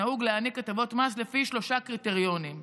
נהוג להעניק הטבות מס לפי שלושה קריטריונים: